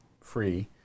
Free